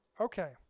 Okay